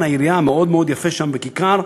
העירייה המאוד-מאוד יפה שם בכיכר,